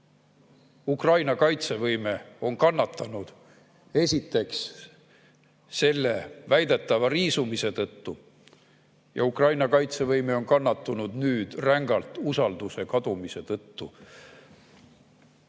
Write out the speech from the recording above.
Ukraina kaitsevõime on kannatanud esiteks selle väidetava riisumise tõttu ja Ukraina kaitsevõime on kannatanud nüüd rängalt usalduse kadumise tõttu.